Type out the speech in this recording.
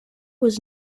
was